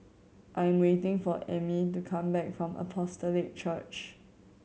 I'm waiting for Ammie to come back from Apostolic Church